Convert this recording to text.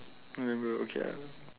November okay ah